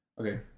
Okay